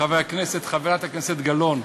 חברי הכנסת, חברת הכנסת גלאון,